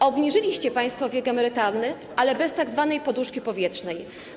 Obniżyliście państwo wiek emerytalny, ale bez tzw. poduszki powietrznej.